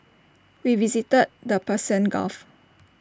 we visited the Persian gulf